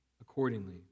accordingly